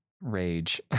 rage